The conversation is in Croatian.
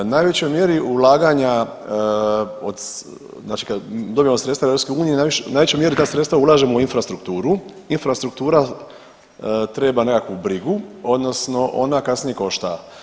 U najvećoj mjeri ulaganja, znači kad dobijemo sredstva EU u najvećoj mjeri ta sredstva ulažemo u infrastrukturu, infrastruktura treba nekakvu brigu odnosno ona kasnije košta.